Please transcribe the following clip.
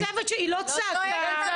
היא לא צעקה.